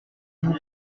vous